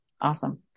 awesome